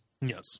Yes